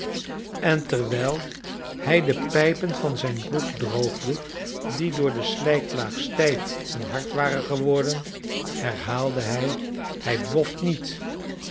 en terwijl hij de pijpen van zijn broek droogde die door de slijklaag stijf en hard waren geworden herhaalde hij hij boft niet